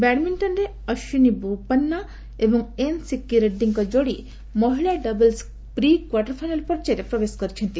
ବ୍ୟାଡମିଣ୍ଟନରେ ଅଶ୍ୱିନା ପୋନ୍ନାପ୍ସା ଏବଂ ଏନ୍ ସିକ୍କି ରେଡ୍ରିଙ୍କ ଯୋଡ଼ି ମହିଳା ଡବଲ୍ସ ପ୍ରି କ୍ୱାର୍ଟରଫାଇନାଲ ପର୍ଯ୍ୟାୟରେ ପ୍ରବେଶ କରିଛନ୍ତି